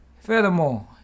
Furthermore